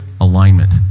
alignment